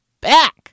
back